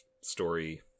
story